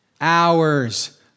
hours